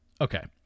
Okay